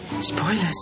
spoilers